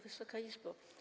Wysoka Izbo!